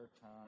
time